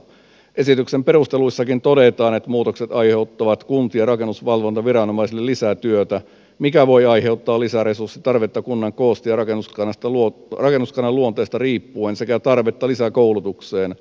esityksen perusteluissakin todetaan että muutokset aiheuttavat kuntien rakennusvalvontaviranomaisille lisätyötä mikä voi aiheuttaa lisäresurssitarvetta kunnan koosta ja rakennuskannan luonteesta riippuen sekä tarvetta lisäkoulutukseen